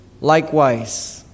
likewise